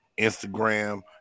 Instagram